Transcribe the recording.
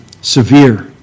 severe